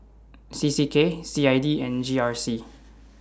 C C K C I D and G R C